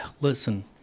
listen